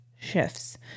shifts